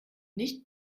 nicht